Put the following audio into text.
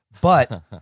but-